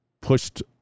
pushed